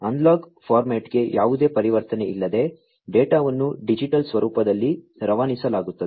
analogue ಫಾರ್ಮ್ಯಾಟ್ಗೆ ಯಾವುದೇ ಪರಿವರ್ತನೆಯಿಲ್ಲದೆ ಡೇಟಾವನ್ನು ಡಿಜಿಟಲ್ ಸ್ವರೂಪದಲ್ಲಿ ರವಾನಿಸಲಾಗುತ್ತದೆ